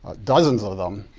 dozens of them,